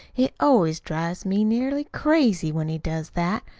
it always drives me nearly crazy when he does that,